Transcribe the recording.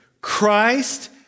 Christ